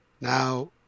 Now